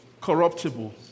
corruptible